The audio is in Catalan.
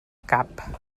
cap